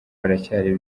haracyari